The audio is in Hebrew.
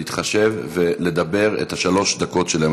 להתחשב ולדבר את שלוש הדקות שלהם.